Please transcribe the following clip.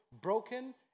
broken